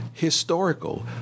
Historical